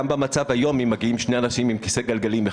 גם במצב היום אם מגיעים שני אנשים עם כיסא גלגלים,